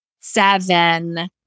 seven